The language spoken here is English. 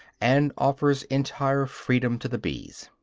and offers entire freedom to the bees.